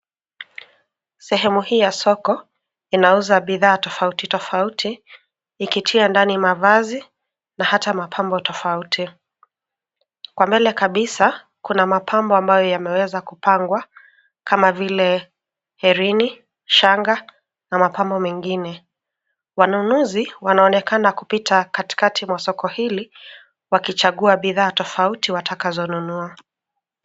Sehemu hii ya soko inauza bidhaa tofauti tofauti ikitia ndani mavazi na hata mapambo tofauti. Kwa mbele kabisa kuna mapambo ambayo yameweza kupangwa kama vile: herini, shanga na mapambo mengine. Wanunuzi wanaonekana kupita katikati mwa soko hili wakichagua bidhaa tofauti watakazo nunua.